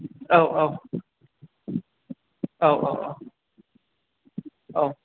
औ औ औ औ औ औ